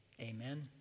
amen